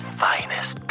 finest